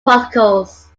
particles